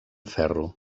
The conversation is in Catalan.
ferro